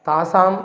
तासाम्